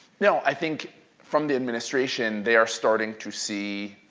no. i think from the administration they are starting to see